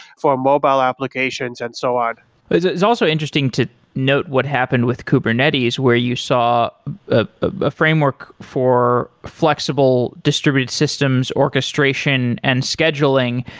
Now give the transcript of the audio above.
for mobile applications and so on it's it's also interesting to note what happened with kubernetes, where you saw a framework for flexible distributed systems orchestration and scheduling.